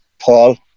Paul